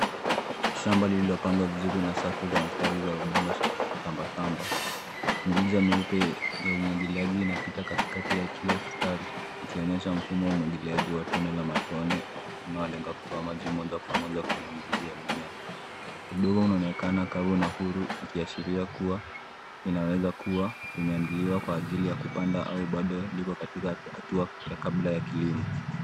Shamba lililopandwa vizuri na safu za mistari za udongo samba samba, mirija mieupe ya umwagiliaji inapita katikati ya kila mstari, ikionyesha mfumo wa umwagiliaji wa tone la matone, unaolenga kutoa maji moja kwa moja kwenye mzizi ya mimea. Udongo unaonekana kavu na huru ikiashiria kuwa inaweza kuwa imeandiliwa kwa ajili ya kupandwa au baado liko katika hatua ya kabla ya kilimo.